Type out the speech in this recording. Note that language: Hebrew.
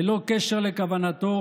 ללא קשר לכוונתו,